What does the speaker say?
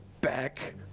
back